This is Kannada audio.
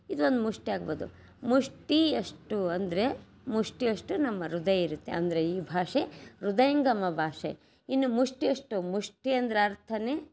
ಇದೊಂದು ಮುಷ್ಟಿ ಆಗ್ಬೋದು ಮುಷ್ಟಿಯಷ್ಟು ಅಂದರೆ ಮುಷ್ಟಿಯಷ್ಟು ನಮ್ಮ ಹೃದಯ ಇರುತ್ತೆ ಅಂದರೆ ಈ ಭಾಷೆ ಹೃದಯಂಗಮ ಭಾಷೆ ಇನ್ನು ಮುಷ್ಟಿಯಷ್ಟು ಮುಷ್ಟಿ ಅಂದರೆ ಅರ್ಥನೇ